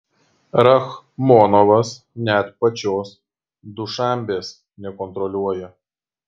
rachmonovas net pačios dušanbės nekontroliuoja